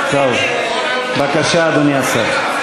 בבקשה, אדוני השר.